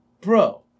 Bro